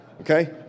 Okay